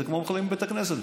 זה כמו שמחללים בית כנסת,